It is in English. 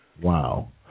Wow